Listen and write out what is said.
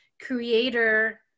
creator